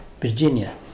Virginia